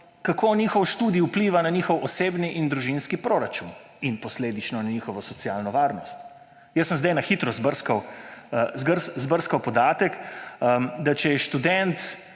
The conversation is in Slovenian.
kako njihov študij vpliva na njihov osebni in družinski proračun – in posledično na njihovo socialno varnost. Jaz sem zdaj na hitro izbrskal podatek, da če je študent,